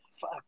fuck